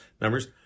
numbers